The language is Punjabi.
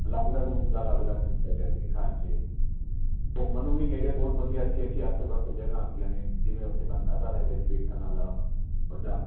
ਅਲੱਗ ਅਲੱਗ ਰੂਮ ਦਾ ਅਲੱਗ ਅਲੱਗ ਰੇਟ ਹੈਗਾ ਜੀ ਹਾਂਜੀ ਘੁੰਮਣ ਨੂੰ ਵੀ ਨੇੜੇ ਬਹੁਤ ਵਧੀਆ ਅੱਛੀ ਅੱਛੀ ਆਸੇ ਪਾਸੇ ਜਗ੍ਹਾ ਹੈਗੀਆਂ ਨੇ ਜਿਵੇਂ ਉੱਥੇ ਘੰਟਾ ਘਰ ਹੈਗਾ ਜੀ ਵੇਖਣ ਵਾਲਾ ਵੱਡਾ